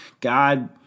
God